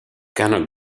gunner